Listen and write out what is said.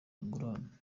ingurane